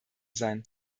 sein